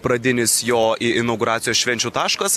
pradinis jo i inauguracijos švenčių taškas